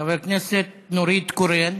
חברת הכנסת נורית קורן.